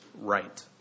right